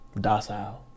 docile